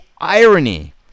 irony